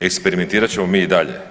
eksperimentirat ćemo mi i dalje.